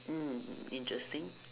mm interesting